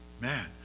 Man